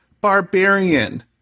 Barbarian